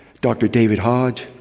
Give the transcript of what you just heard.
dr. david hodge,